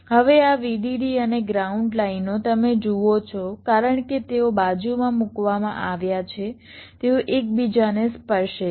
હવે આ VDD અને ગ્રાઉન્ડ લાઇનો તમે જુઓ છો કારણ કે તેઓ બાજુમાં મૂકવામાં આવ્યા છે તેઓ એકબીજાને સ્પર્શે છે